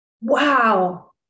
Wow